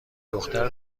دختر